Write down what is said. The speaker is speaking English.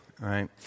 right